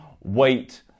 wait